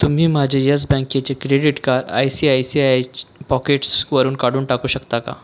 तुम्ही माझे यस बँकेचे credit card I C I C I च्या पॉकेट्सवरून काढून टाकू शकता का